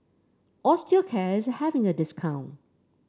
Osteocare is having a discount